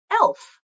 Elf